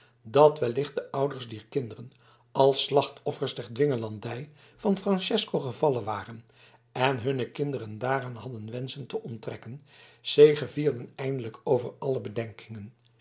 dat wellicht de ouders dier kinderen als slachtoffers der dwingelandij van francesco gevallen waren en hunne kinderen daaraan hadden wenschen te onttrekken zegevierden eindelijk over alle bedenkingen